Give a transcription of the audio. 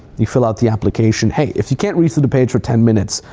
you fill out the application. hey, if you can't read through the page for ten minutes,